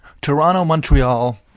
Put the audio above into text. Toronto-Montreal